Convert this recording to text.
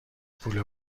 پول